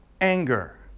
anger